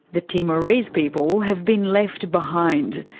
the timorese people have been left behind.